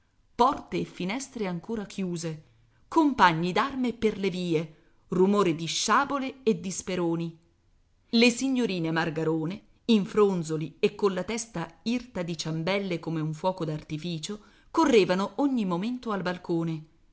porte e finestre ancora chiuse compagni d'arme per le vie rumore di sciabole e di speroni le signorine margarone in fronzoli e colla testa irta di ciambelle come un fuoco d'artificio correvano ogni momento al balcone